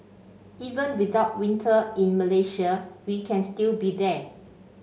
even without winter in Malaysia we can still be there